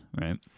right